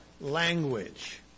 language